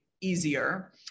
easier